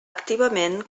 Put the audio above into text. activament